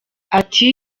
ati